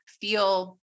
feel